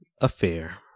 affair